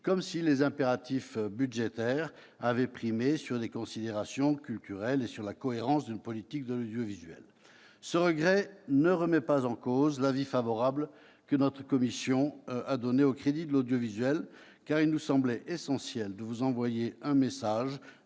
Comme si les impératifs budgétaires avaient primé les considérations culturelles et sur la cohérence d'une politique de l'audiovisuel. Ce regret ne remet pas en cause l'avis favorable que notre commission a donné aux crédits de l'audiovisuel, car il nous semblait essentiel de vous envoyer un message